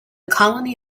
colony